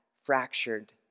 fractured